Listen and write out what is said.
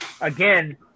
again